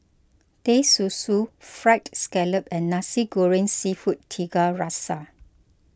Teh Susu Fried Scallop and Nasi Goreng Seafood Tiga Rasa